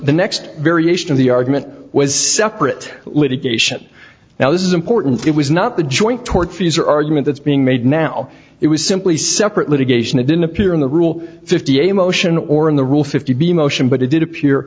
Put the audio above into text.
the next variation of the argument was separate litigation now this is important it was not the joint tortfeasor argument that's being made now it was simply separate litigation it didn't appear in the rule fifty a motion or in the rule fifty motion but it did a